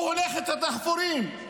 הוא דוחף את הדחפורים.